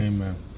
Amen